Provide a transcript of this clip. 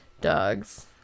dogs